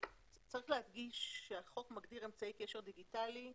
צריך להדגיש שהחוק מגדיר אמצעי קשר דיגיטלי,